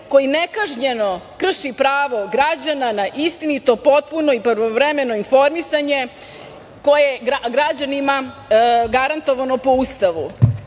koji nekažnjeno krši pravo građana na istinito, potpuno i pravovremeno informisanje koje je građanima garantovano po